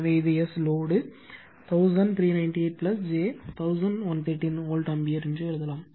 எனவே இது S load 1398 j 1113 volt ampere எழுதலாம்